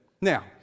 Now